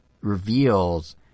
reveals